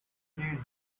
did